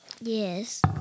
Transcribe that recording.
Yes